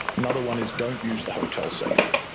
another one is don't use the hotel safe.